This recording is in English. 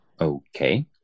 Okay